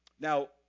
Now